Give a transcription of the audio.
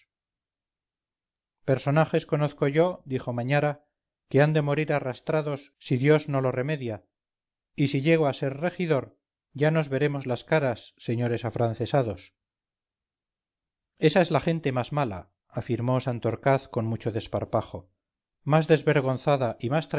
personajes conozco yo dijo mañara que han de morir arrastrados si dios no lo remedia y si llego a ser regidor ya nos veremos las caras señores afrancesados esa es la gente más mala afirmó santorcaz con mucho desparpajo más desvergonzada